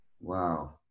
wow